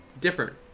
different